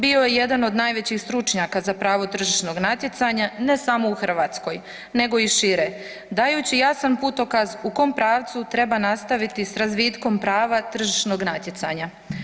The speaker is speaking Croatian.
Bio je jedan od najvećih stručnjaka za pravo tržišnog natjecanja ne samo u Hrvatskoj, nego i šire dajući jasan putokaz u kom pravcu treba nastaviti sa razvitkom prava tržišnog natjecanja.